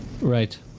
Right